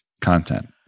content